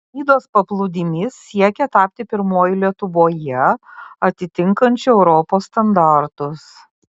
nidos paplūdimys siekia tapti pirmuoju lietuvoje atitinkančiu europos standartus